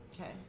okay